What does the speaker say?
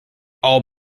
all